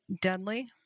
deadly